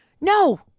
No